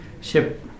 ship